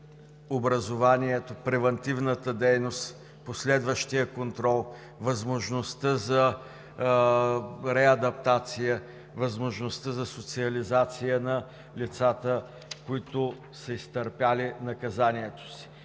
образованието, превантивната дейност, последващият контрол, възможността за реадаптация, възможността за социализация на лицата, които са изтърпели наказанието си.